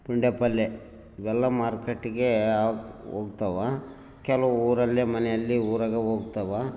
ತೊಂಡೆಪಲ್ಯೆ ಇವೆಲ್ಲ ಮಾರ್ಕೆಟಿಗೆ ಹೋಗ್ತಾವ ಕೆಲವು ಊರಲ್ಲೇ ಮನೆಯಲ್ಲೇ ಊರಾಗ ಹೋಗ್ತಾವ